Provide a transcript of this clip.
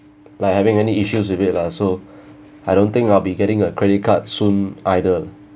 like having any issues with it lah so I don't think I'll be getting a credit card soon either